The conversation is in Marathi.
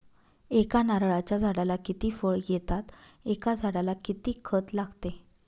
एका नारळाच्या झाडाला किती फळ येतात? एका झाडाला किती खत लागते?